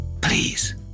Please